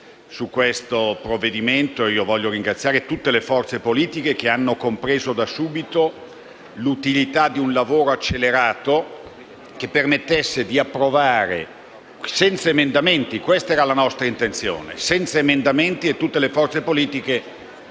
su questo provvedimento. Voglio ringraziare tutte le forze politiche che hanno compreso da subito l'utilità di un lavoro accelerato che permettesse di approvare il provvedimento senza emendamenti, come era nostra intenzione. Tutte le forze politiche